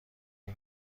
این